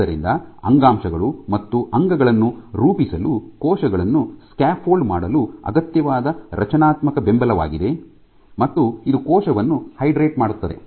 ಆದ್ದರಿಂದ ಅಂಗಾಂಶಗಳು ಮತ್ತು ಅಂಗಗಳನ್ನು ರೂಪಿಸಲು ಕೋಶಗಳನ್ನು ಸ್ಕ್ಯಾಫೋಲ್ಡ್ ಮಾಡಲು ಅಗತ್ಯವಾದ ರಚನಾತ್ಮಕ ಬೆಂಬಲವಾಗಿದೆ ಮತ್ತು ಇದು ಕೋಶವನ್ನು ಹೈಡ್ರೇಟ್ ಮಾಡುತ್ತದೆ